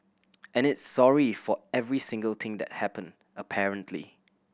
and it's sorry for every single thing that happened apparently